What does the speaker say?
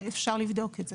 אפשר לבדוק את זה.